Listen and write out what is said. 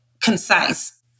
concise